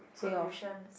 solution